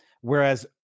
whereas